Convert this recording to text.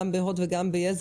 גם בהוט וגם ביס,